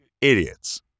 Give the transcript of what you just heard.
idiots